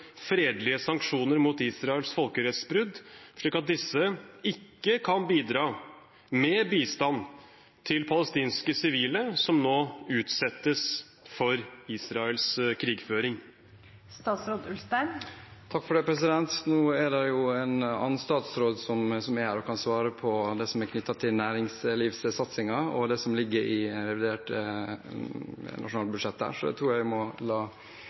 fredelige sanksjoner mot Israels folkerettsbrudd, slik at disse ikke kan bidra med bistand til palestinske sivile som nå utsettes for Israels krigføring? Nå er det jo en annen statsråd som er her og kan svare på det som er knyttet til næringslivssatsingen og det som ligger i revidert nasjonalbudsjett der, så det tror jeg at jeg må la